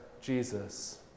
Jesus